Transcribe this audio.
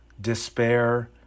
despair